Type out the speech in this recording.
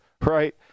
Right